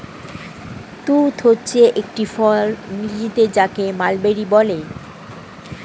তুঁত হচ্ছে একটি ফল যাকে ইংরেজিতে মালবেরি বলে